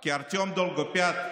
כי ארטיום דולגופיאט,